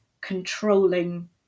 controlling